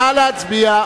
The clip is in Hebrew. נא להצביע.